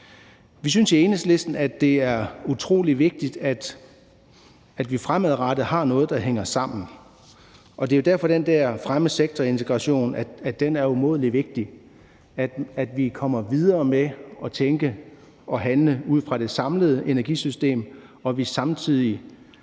Vi synes i Enhedslisten, at det er utrolig vigtigt, at vi fremadrettet har noget, der hænger sammen, og det er jo derfor, at det er umådelig vigtigt at fremme sektorintegration; det er vigtigt, at vi kommer videre med at tænke og handle ud fra det samlede energisystem, og at vi samtidig